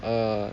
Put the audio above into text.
uh